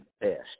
best